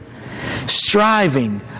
striving